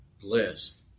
blessed